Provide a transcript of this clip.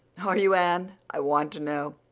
are you, anne? i want to know.